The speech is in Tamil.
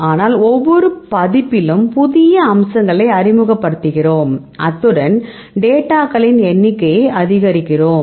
ஆனால் ஒவ்வொரு பதிப்பிலும் புதிய அம்சங்களை அறிமுகப்படுத்துகிறோம் அத்துடன் டேட்டாகளின் எண்ணிக்கையை அதிகரிக்கிறோம்